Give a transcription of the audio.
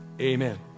Amen